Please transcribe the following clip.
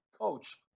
coach